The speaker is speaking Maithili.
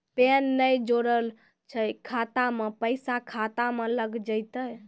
पैन ने जोड़लऽ छै खाता मे पैसा खाता मे लग जयतै?